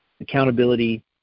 accountability